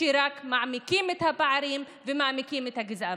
שרק מעמיקים את הפערים ומעמיקים את הגזענות.